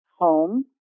home